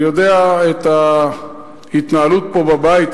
אני יודע את ההתנהלות פה בבית,